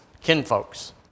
kinfolks